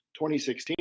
2016